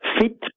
fit